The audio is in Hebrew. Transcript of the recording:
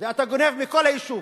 אתה גונב מכל היישוב.